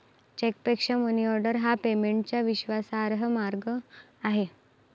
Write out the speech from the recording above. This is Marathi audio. चेकपेक्षा मनीऑर्डर हा पेमेंटचा विश्वासार्ह मार्ग आहे